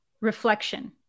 reflection